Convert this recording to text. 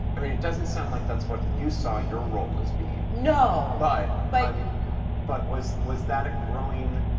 i mean, it doesn't sound like that's what you saw your role as being. no. but but i mean but was was that a growing